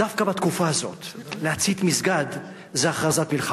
דווקא בתקופה הזאת להצית מסגד, זה הכרזת מלחמה.